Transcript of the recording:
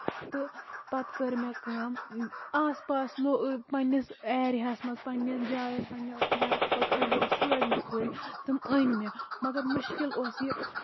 تہٕ پَتہٕ کٔر مےٚ کٲم آس پاس پَنٕنِس ایریاہَس منٛز پَنٕنہِ جایہِ پَنٕنیو گرِ ژھٲر مےٚ کُلۍ تِم أنۍ مےٚ مَگر مُشکِل اوس یہِ